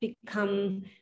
become